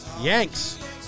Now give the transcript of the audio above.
yanks